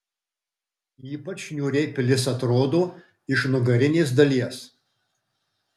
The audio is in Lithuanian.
ypač niūriai pilis atrodo iš nugarinės dalies